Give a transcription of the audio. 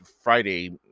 Friday